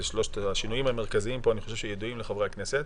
אני חושב ששלושת השינויים המרכזיים פה ידועים לחברי הכנסת,